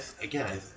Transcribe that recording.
again